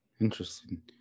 Interesting